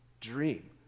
dream